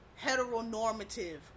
heteronormative